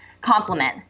compliment